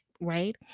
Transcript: Right